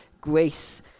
grace